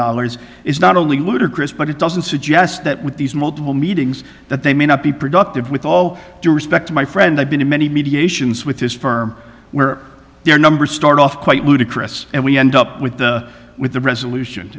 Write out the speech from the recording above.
dollars is not only ludicrous but it doesn't suggest that with these multiple meetings that they may not be productive with all due respect to my friend i've been to many mediations with this firm where their numbers start off quite ludicrous and we end up with the with the resolution